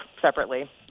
separately